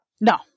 No